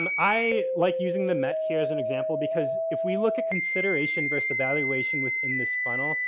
um i like using the met here as an example because if we look at consideration versus evaluation within this funnel.